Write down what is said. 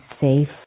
safe